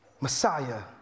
Messiah